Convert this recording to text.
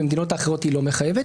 במדינות אחרות היא לא מחייבת.